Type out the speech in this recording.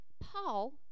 Paul